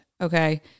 okay